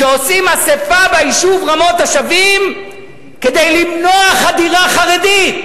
שעושים אספה ביישוב רמות-השבים כדי למנוע חדירה חרדית.